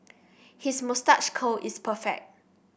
his moustache curl is perfect